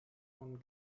von